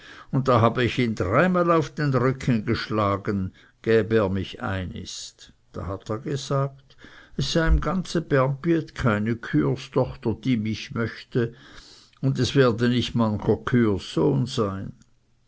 und da habe ich ihn dreimal auf den rücken geschlagen gäb er mich einist da hat er gesagt es sei im ganze bernbiet keine küherstochter die mich möchte und es werde nicht mancher küherssohn sein